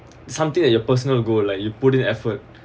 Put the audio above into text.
something that you are personal goal like you put in effort